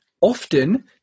often